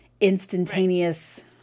instantaneous